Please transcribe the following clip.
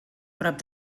prop